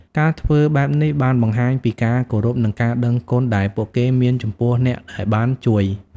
ការធ្វើបែបនេះបានបង្ហាញពីការគោរពនិងការដឹងគុណដែលពួកគេមានចំពោះអ្នកដែលបានជួយ។